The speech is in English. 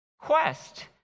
quest